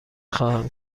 خواهم